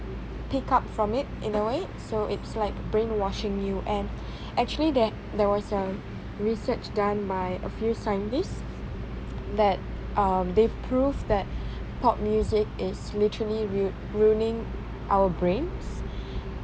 pick up from it in a way so it's like brainwashing you and actually there there were some research done by a few scientists that um they proved that pop music is literally ru~ ruining our brain